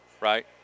right